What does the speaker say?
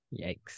Yikes